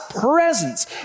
presence